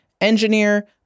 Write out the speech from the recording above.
Engineer